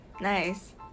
nice